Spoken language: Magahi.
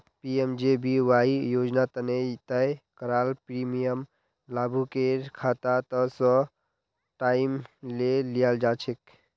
पी.एम.जे.बी.वाई योजना तने तय कराल प्रीमियम लाभुकेर खाता स तय टाइमत ले लियाल जाछेक